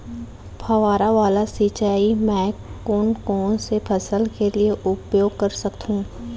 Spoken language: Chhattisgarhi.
फवारा वाला सिंचाई मैं कोन कोन से फसल के लिए उपयोग कर सकथो?